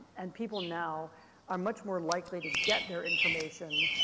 and people now are much more likely to get their information,